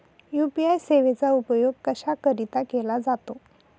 UPI सेवेचा उपयोग कशाकरीता केला जातो?